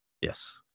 yes